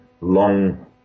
long